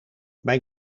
mijn